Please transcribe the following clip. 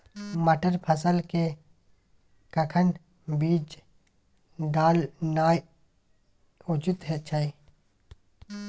मटर फसल के कखन बीज डालनाय उचित छै?